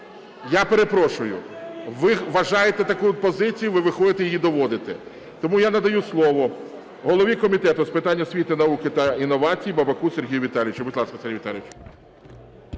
Я перепрошую, ви вважаєте таку позицію, ви виходите її доводите. Тому я надаю слово голові Комітету з питань освіти, науки та інновацій Бабаку Сергію Віталійовичу.